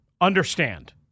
understand